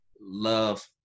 love